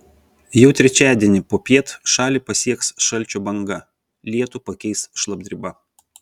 jau trečiadienį popiet šalį pasieks šalčio banga lietų pakeis šlapdriba